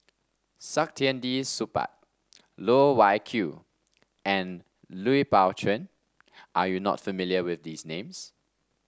Saktiandi Supaat Loh Wai Kiew and Lui Pao Chuen are you not familiar with these names